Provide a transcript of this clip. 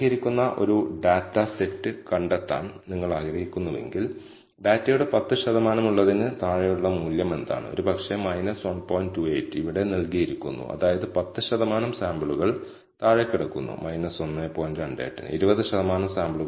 ഇപ്പോൾ സ്ഥിരമായ മോഡൽ നല്ലതാണെന്ന് നമ്മൾ വിശ്വസിക്കുന്നു എന്ന് കരുതുക അപ്പോൾ ഈ പ്രത്യേക തിരശ്ചീന രേഖ യഥാർത്ഥത്തിൽ ഫിറ്റ് ചെയ്യുമായിരുന്നു y യെ പ്രതിനിധീകരിക്കുന്ന ഏറ്റവും മികച്ച t ആയിരിക്കും സ്ഥിരമായ മോഡലിന്റെ ഏറ്റവും മികച്ച എസ്റ്റിമേറ്റ് x ന്റെ എല്ലാ മൂല്യങ്ങൾക്കും y യുടെ ശരാശരിയാണ് y യുടെ മികച്ച പ്രവചനം